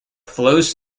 flows